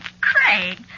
Craig